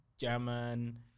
German